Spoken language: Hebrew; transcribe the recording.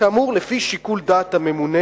כאמור לפי שיקול דעת הממונה.